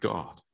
God